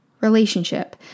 relationship